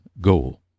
goal